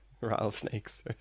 rattlesnakes